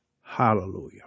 Hallelujah